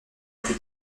plus